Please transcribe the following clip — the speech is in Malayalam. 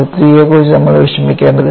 ZIII നെക്കുറിച്ച് നമ്മൾ വിഷമിക്കേണ്ടതില്ല